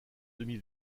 demi